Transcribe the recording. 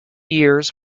years